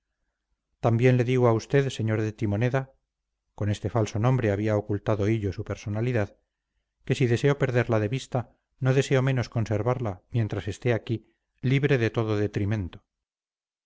también le digo a usted sr de timoneda con este falso nombre había ocultado hillo su personalidad que si deseo perderla de vista no deseo menos conservarla mientras esté aquí libre de todo detrimento